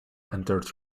entered